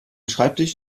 schreibtisch